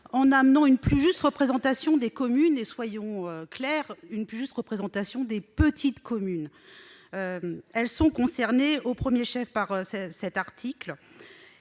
en amenant une plus juste représentation des communes et, soyons clairs, une plus juste représentation des petites communes, qui sont concernées au premier chef. Nous